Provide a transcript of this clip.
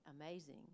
amazing